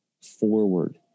forward